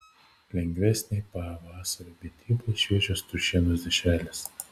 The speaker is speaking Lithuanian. lengvesnei pavasario mitybai šviežios triušienos dešrelės